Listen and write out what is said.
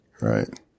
Right